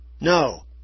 No